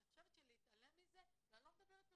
אני חושבת שלהתעלם מזה, ואני לא מדברת פרסונלית.